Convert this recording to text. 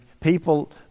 people